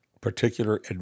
particular